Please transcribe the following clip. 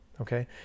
Okay